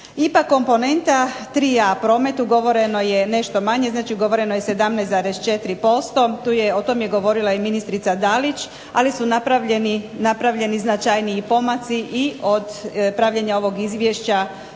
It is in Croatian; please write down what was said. IPA komponenta 3A – Promet ugovoreno je nešto manje, znači ugovoreno je 17,4%. O tom je govorila i ministrica Dalić, ali su napravljeni značajniji pomaci i od pravljenja ovog izvješća